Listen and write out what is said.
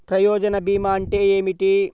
ప్రయోజన భీమా అంటే ఏమిటి?